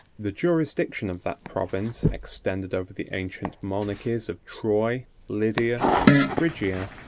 the jurisdiction of that province extended over the ancient monarchies of troy, lydia, and phrygia,